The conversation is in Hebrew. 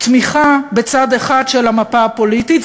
תמיכה בצד אחד של המפה הפוליטית,